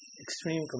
extreme